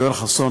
יואל חסון,